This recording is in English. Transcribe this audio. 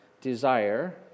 desire